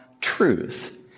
truth